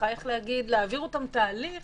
להעביר אותם תהליך